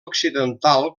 occidental